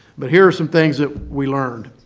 but here are some things that we learned.